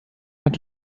hat